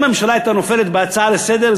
אם הממשלה הייתה נופלת בהצעה לסדר-היום,